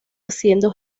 haciendo